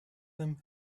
them